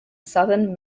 southern